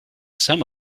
some